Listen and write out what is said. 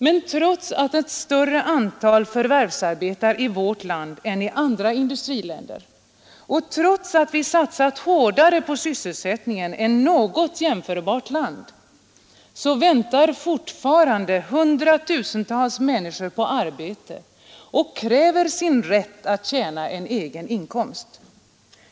Men trots att en större andel förvärvsarbetar i vårt land än i andra industriländer och trots att vi satsat hårdare på sysselsättningen än något jämförbart land, väntar fortfarande hundratusentals människor på arbete och kräver sin rätt att tjäna en egen inkomst.